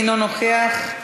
אינו נוכח,